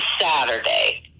Saturday